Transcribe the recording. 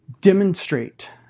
demonstrate